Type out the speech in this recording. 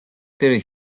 дээрээ